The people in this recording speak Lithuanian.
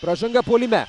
pražanga puolime